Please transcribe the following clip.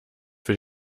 für